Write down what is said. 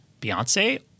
Beyonce